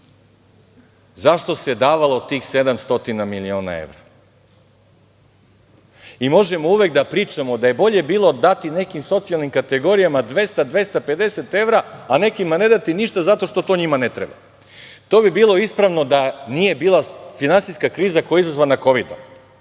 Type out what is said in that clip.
zašto se davalo tih 700 miliona evra. Možemo uvek da pričamo, da je bolje bilo dati nekim socijalnim kategorijama 200, 250 evra, a nekima ne dati ništa, zato što to njima ne treba. To bi bilo ispravno da nije bila finansijska kriza koja je izazvana kovidom.